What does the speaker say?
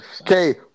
Okay